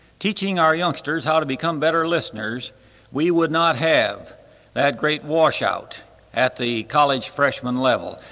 teaching our youngsters how to become better listeners we would not have that great washout at the college freshman level.